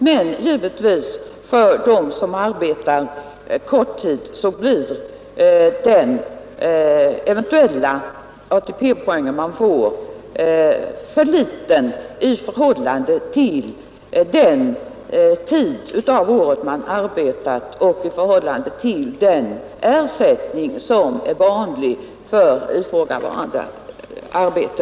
Men för dem som arbetar korttid blir givetvis den eventuella ATP-poängen man får för liten i förhållande till den tid av året man arbetat och i förhållande till den ersättning som är vanlig för ifrågavarande arbete.